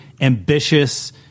ambitious